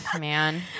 man